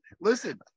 Listen